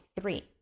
three